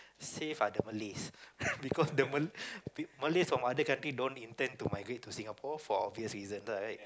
safe are the Malays because the Malays from other country don't intend to migrate to Singapore for obvious reasons right